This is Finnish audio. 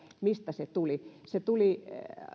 mistä se tuli se tuli